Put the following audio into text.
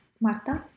Marta